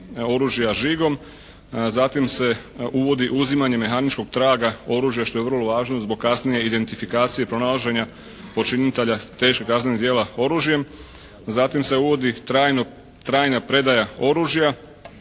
oružja žigom. Zatim se uvodi uzimanje mehaničkog traga oružja što je vrlo važno zbog kasnije identifikacije, pronalaženja počinitelja teških kaznenih djela oružjem. Zatim se uvodi trajna predaja oružja,